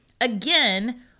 again